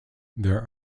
there